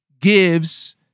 gives